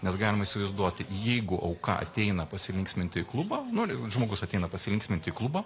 nes galima įsivaizduoti jeigu auka ateina pasilinksminti į klubą nu žmogus ateina pasilinksminti klubą